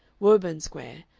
woburn square,